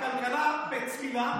הכלכלה בצלילה,